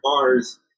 bars